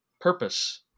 purpose